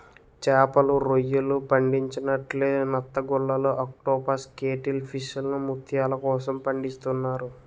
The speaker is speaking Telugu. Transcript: చేపలు, రొయ్యలు పండించినట్లే నత్తగుల్లలు ఆక్టోపస్ కేటిల్ ఫిష్లను ముత్యాల కోసం పండిస్తున్నారు